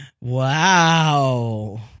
Wow